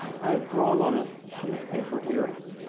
i have drawn on a sheet of paper here